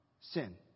sin